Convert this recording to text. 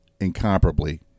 incomparably